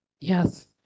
Yes